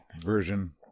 version